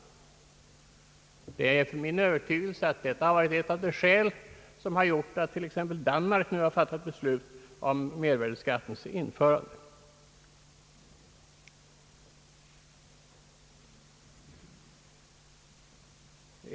Det är min övertygelse att detta har varit ett av de skäl som gjort att t.ex. Danmark nu fattat beslut om mervärdeskattens införande.